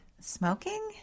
smoking